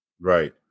Right